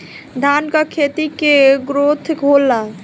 धान का खेती के ग्रोथ होला?